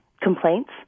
complaints